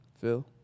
Phil